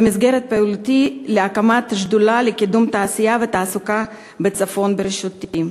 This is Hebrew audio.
במסגרת פעולתי להקמת שדולה לקידום תעשייה ותעסוקה בצפון בראשותי.